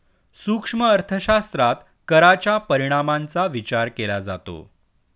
सूक्ष्म अर्थशास्त्रात कराच्या परिणामांचा विचार केला जातो